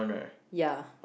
ya